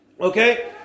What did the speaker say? Okay